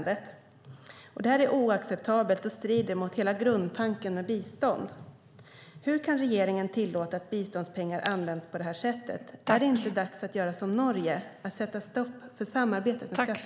Det är oacceptabelt och strider mot grundtanken med bistånd. Hur kan regeringen tillåta att biståndspengar används på detta sätt? Är det inte dags att göra som Norge och sätta stopp för samarbetet med skatteparadis?